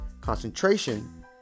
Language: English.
Concentration